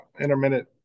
intermittent